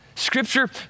Scripture